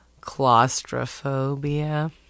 claustrophobia